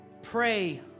Pray